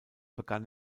begann